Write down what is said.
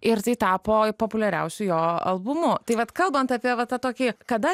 ir tai tapo populiariausiu jo albumu tai vat kalbant apie va tą tokį kada